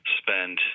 spend